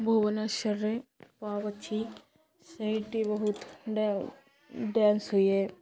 ଭୁବନେଶ୍ୱରରେ ପବ୍ ଅଛି ସେଇଟି ବହୁତ ଡ ଡ୍ୟାନ୍ସ ହୁଏ